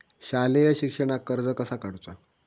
शालेय शिक्षणाक कर्ज कसा काढूचा?